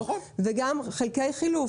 אם אני אצטרך חלקי חילוף,